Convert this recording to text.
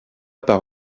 par